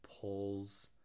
Pulls